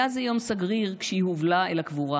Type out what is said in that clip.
// היה זה יום סגריר כשהיא הובלה אל הקבורה